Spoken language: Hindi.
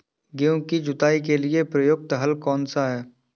गेहूँ की जुताई के लिए प्रयुक्त हल कौनसा है?